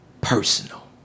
personal